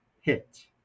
HIT